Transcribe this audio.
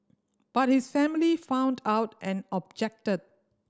but his family found out and objected